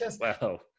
Wow